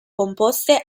composte